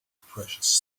precious